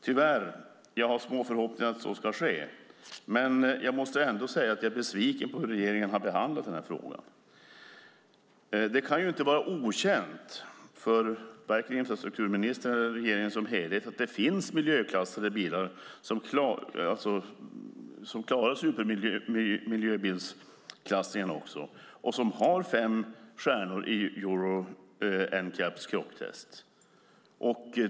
Jag har tyvärr små förhoppningar om att så ska ske och måste säga att jag är besviken på hur regeringen behandlat frågan. Det kan inte vara okänt vare sig för infrastrukturministern eller för regeringen som helhet att det finns miljöklassade bilar som också klarar supermiljöbilsklassningen och har fem stjärnor i Euro NCAP:s krocktest.